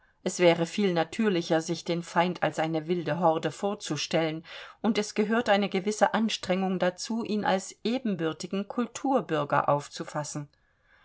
es wäre viel natürlicher sich den feind als eine wilde horde vorzustellen und es gehört eine gewisse anstrengung dazu ihn als ebenbürtigen kulturbürger aufzufassen